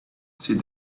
said